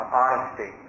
honesty